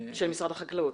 של משרד החקלאות.